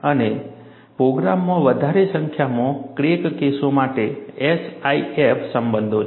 અને પ્રોગ્રામમાં વધારે સંખ્યામાં ક્રેક કેસો માટે SIF સંબંધો પણ શામેલ છે